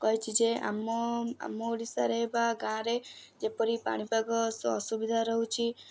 କହିଛି ଯେ ଆମ ଆମ ଓଡ଼ିଶାରେ ବା ଗାଁରେ ଯେପରି ପାଣିପାଗ ଅସୁବିଧା ରହୁଛି